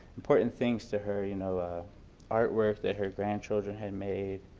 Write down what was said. important things to her, you know ah artwork that her grandchildren had made,